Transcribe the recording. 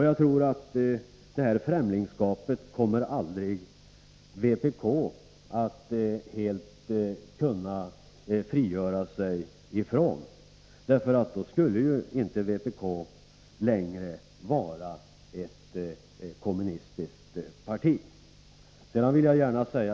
Jag tror att vpk aldrig helt kommer att kunna frigöra sig från detta främlingskap, för då skulle vpk inte längre vara ett kommunistiskt parti.